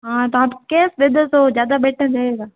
हाँ तो आप कैश दे दो तो ज़्यादा बेटर रहेगा